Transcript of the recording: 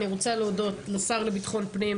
אני רוצה להודות לשר לביטחון פנים,